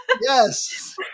Yes